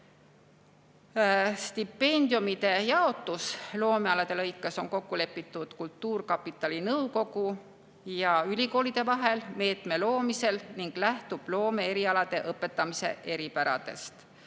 Stipendiumide jaotus loomealade lõikes lepitakse kultuurkapitali nõukogu ja ülikoolide vahel kokku meetme loomisel ning see lähtub loomeerialade õpetamise eripärast,